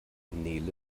nele